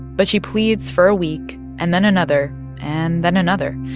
but she pleads for a week and then another and then another.